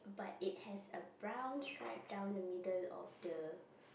but it has a brown stripe down the middle of the